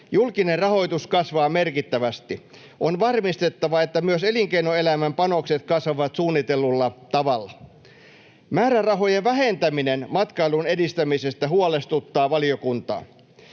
Julkinen rahoitus kasvaa merkittävästi. On varmistettava, että myös elinkeinoelämän panokset kasvavat suunnitellulla tavalla. Määrärahojen vähentäminen matkailun edistämisestä huolestuttaa valiokuntaa.